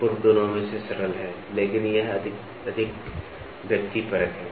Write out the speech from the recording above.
पूर्व दोनों में से सरल है लेकिन यह अधिक व्यक्तिपरक है